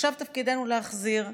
עכשיו תפקידנו להחזיר,